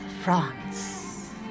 France